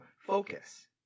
focus